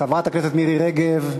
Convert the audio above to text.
חברת הכנסת מירי רגב,